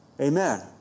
Amen